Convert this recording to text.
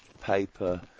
paper